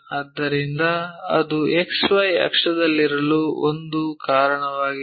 ಆದ್ದರಿಂದ ಅದು XY ಅಕ್ಷದಲ್ಲಿರಲು ಒಂದು ಕಾರಣವಾಗಿದೆ